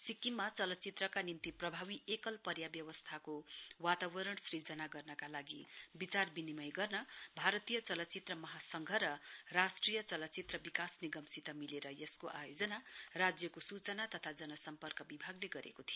सिक्किममा चलचित्रका निम्ति प्रभावी एकल पर्याव्यवस्थाको वातावरण सिर्जना गर्नका लागि विचारविनिमय गर्न भारतीय चलचित्र महासंघ र राष्ट्रिय चलचित्र विकास निगमसित मिलेर यसको आयोजना राज्यको सूचना तथा जनसम्पर्क विभागले गरेको थियो